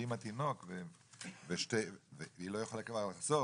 והיא עם התינוק והיא לא יכולה כבר לחזור